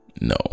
No